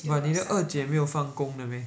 but 你的二姐没有放工的 meh